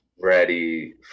ready